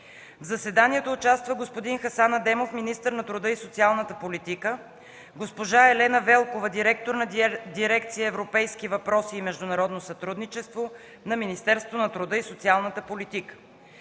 В заседанието участва господин Хасан Адемов – министър на труда и социалната политика, госпожа Елена Велкова – директор на Дирекция „Европейски въпроси и международно сътрудничество” на Министерството на труда и социалната политика.